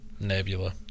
Nebula